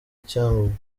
cyangugu